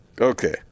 Okay